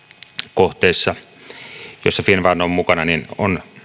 kohteissa joissa finnfund on mukana noin kolmekymmentäkuusi prosenttia työllistetyistä on